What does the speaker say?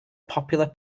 popular